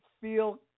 feel